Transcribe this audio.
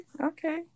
Okay